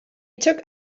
took